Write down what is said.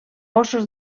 óssos